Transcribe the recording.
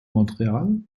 montreal